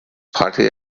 party